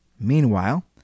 Meanwhile